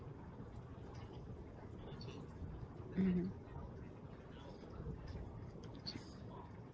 mmhmm